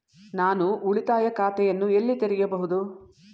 ನಾನು ಉಳಿತಾಯ ಖಾತೆಯನ್ನು ಎಲ್ಲಿ ತೆರೆಯಬಹುದು?